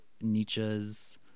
Nietzsche's